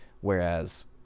Whereas